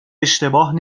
اشتباه